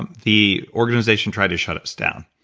um the organization tried to shut us down.